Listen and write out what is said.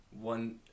One